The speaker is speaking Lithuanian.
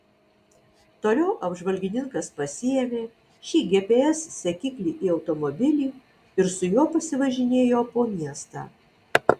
toliau apžvalgininkas pasiėmė šį gps sekiklį į automobilį ir su juo pasivažinėjo po miestą